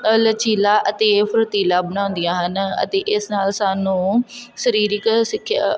ਲਚੀਲਾ ਅਤੇ ਫੁਰਤੀਲਾ ਬਣਾਉਂਦੀਆਂ ਹਨ ਅਤੇ ਇਸ ਨਾਲ ਸਾਨੂੰ ਸਰੀਰਿਕ ਸਿੱਖਿਆ